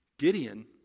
Gideon